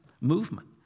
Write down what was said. movement